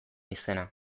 izena